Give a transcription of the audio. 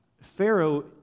Pharaoh